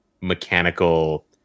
mechanical